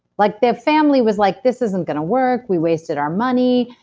like the family was like, this isn't going to work. we wasted our money.